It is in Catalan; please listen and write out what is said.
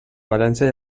valència